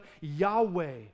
Yahweh